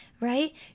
right